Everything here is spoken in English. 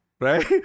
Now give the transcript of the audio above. right